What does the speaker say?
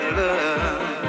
love